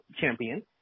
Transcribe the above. champion